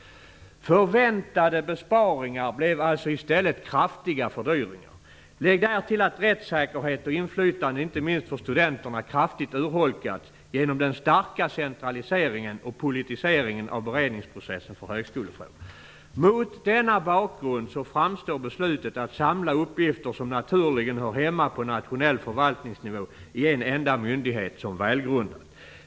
Förväntade besparingar blev alltså i stället kraftiga fördyringar. Lägg därtill att rättssäkerhet och inflytande, inte minst för studenterna, kraftigt urholkats genom den starka centraliseringen och politiseringen av beredningsprocessen för högskolefrågor. Mot denna bakgrund framstår beslutet att samla uppgifter som naturligen hör hemma på nationell förvaltningsnivå i en enda myndighet som välgrundat.